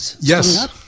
Yes